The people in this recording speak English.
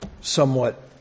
somewhat